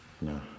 No